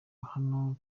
hano